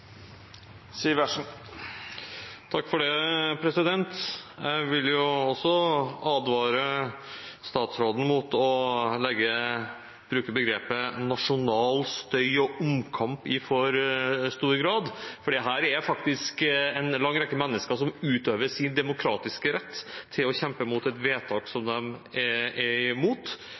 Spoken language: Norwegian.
Jeg vil advare statsråden mot å bruke begrepet «nasjonal støy» og «omkamp» i for stor grad, for det er faktisk en lang rekke mennesker som utøver sin demokratiske rett til å kjempe mot et vedtak som de er imot, så lenge de mener det er